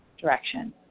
direction